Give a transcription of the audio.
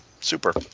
Super